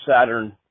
Saturn